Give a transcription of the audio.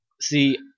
See